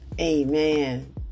Amen